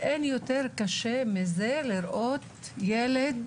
אין קשה יותר מלראות ילד